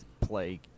play